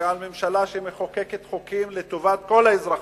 ועל ממשלה שמחוקקת חוקים לטובת כל האזרחים,